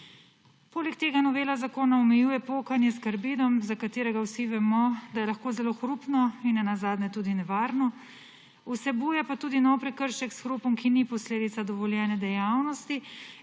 Poleg tega novela zakona omejuje pokanje s karbidom, za katerega vsi vemo, da je lahko zelo hrupno in nenazadnje tudi nevarno početje. Vsebuje pa tudi nov prekršek s hrupom, ki ni posledica dovoljene dejavnosti.